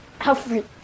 Alfred